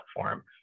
platform